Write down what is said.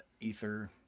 ether